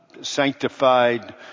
sanctified